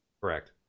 Correct